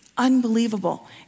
unbelievable